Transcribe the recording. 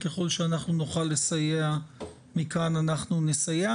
ככל שאנחנו נוכל לסייע מכאן, אנחנו נסייע.